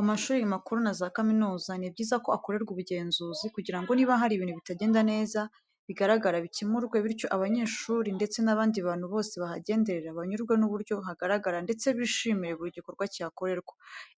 Amashuri makuru na za kaminuza ni byiza ko akorerwa ubugenzuzi kugira ngo niba hari ibintu bitagenda neza bihagaragara bikemurwe bityo abanyehuri ndetse n'abandi bantu bose bahagenderera banyurwe n'uburyo hagaragara ndetse bishimire buri gikorwa cyihakorerwa.